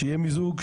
שיהיה מיזוג,